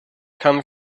come